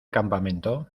campamento